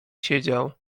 siedział